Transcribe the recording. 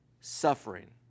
suffering